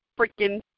freaking